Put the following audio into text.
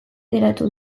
geratu